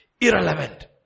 Irrelevant